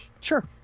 sure